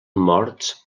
morts